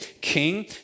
king